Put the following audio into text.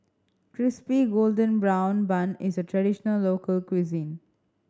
Crispy Golden Brown Bun is a traditional local cuisine